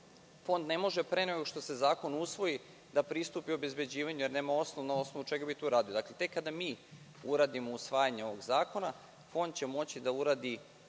Fond ne može pre nego što se zakon usvoji da pristupi obezbeđivanju sredstava jer nema osnov na osnovu čega bi to uradio. Dakle, tek kada mi uradimo usvajanje ovog zakona, Fond će moći da uradi